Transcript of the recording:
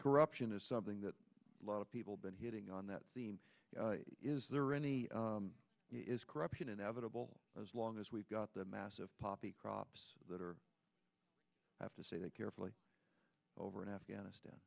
corruption is something that a lot of people been hitting on that theme is there any is corruption inevitable as long as we've got the mass of poppy crops that are have to say that carefully over in afghanistan